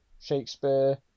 Shakespeare